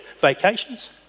vacations